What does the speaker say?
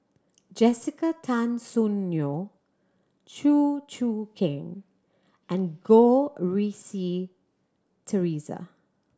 Jessica Tan Soon Neo Chew Choo Keng and Goh Rui Si Theresa